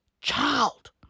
child